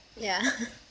yeah